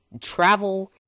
travel